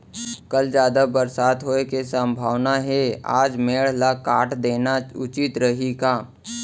कल जादा बरसात होये के सम्भावना हे, आज मेड़ ल काट देना उचित रही का?